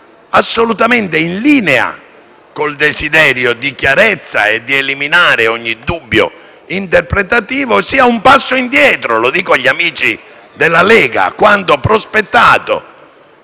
assolutamente in linea con il desiderio di chiarezza e di eliminare ogni dubbio interpretativo. Riteniamo sia un passo indietro - lo dico agli amici della Lega - rispetto